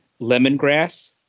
Lemongrass